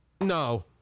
No